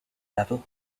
level